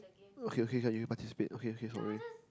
okay okay let you participate okay okay sorry